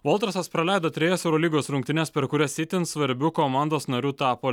voltersas praleido trejas eurolygos rungtynes per kurias itin svarbiu komandos nariu tapo